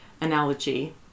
analogy